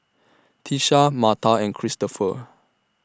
Tisha Marta and Christoper